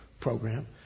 program